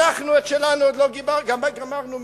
אנחנו את שלנו עוד לא קיבלנו בחלוקה.